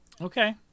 Okay